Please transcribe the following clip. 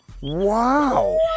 Wow